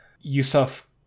Yusuf